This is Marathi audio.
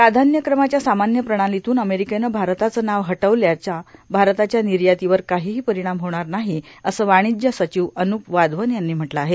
प्राधान्यक्रमाच्या सामान्य प्रणालांतून अर्मोरकेनं भारताचं नाव हटवल्याचा भारताच्या र्णनयातीवर काहोहो पर्यारणाम होणार नाहों असं वर्वाणज्य र्सांचव अनूप वाधवन यांनी म्हटलं आहे